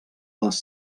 les